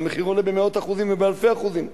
והמחיר עולה במאות ובאלפי אחוזים,